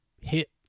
hit